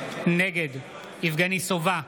נגד יבגני סובה,